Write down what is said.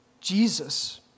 Jesus